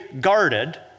guarded